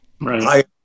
Right